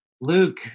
Luke